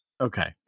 Okay